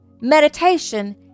meditation